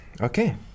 Okay